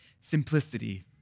simplicity